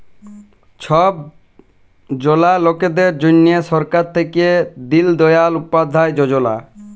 ছব জলা লকদের জ্যনহে সরকার থ্যাইকে দিল দয়াল উপাধ্যায় যজলা